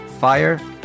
fire